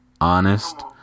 Honest